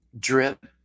drip